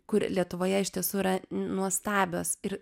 kur lietuvoje iš tiesų yra nuostabios ir